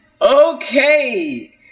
okay